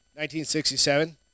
1967